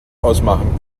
ausmachen